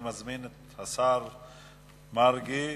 אני מזמין את השר יעקב מרגי,